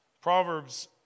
Proverbs